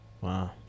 Wow